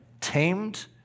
tamed